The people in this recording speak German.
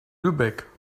lübeck